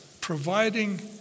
providing